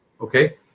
Okay